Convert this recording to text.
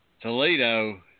Toledo